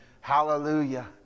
Hallelujah